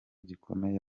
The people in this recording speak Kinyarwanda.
gikomeye